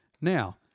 Now